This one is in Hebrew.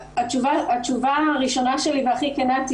התשובה הראשונה שלי והכי כנה,